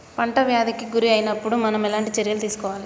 పంట వ్యాధి కి గురి అయినపుడు మనం ఎలాంటి చర్య తీసుకోవాలి?